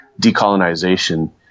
decolonization